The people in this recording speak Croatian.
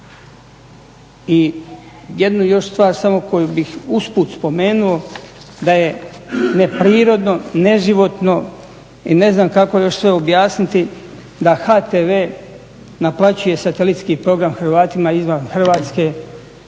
I jednu još stvar koju bi usput spomenuo da je neprirodno, neživotno i ne znam kako još sve objasniti, da HTV naplaćuje satelitski program Hrvatima izvan Hrvatske dok